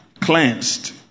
Cleansed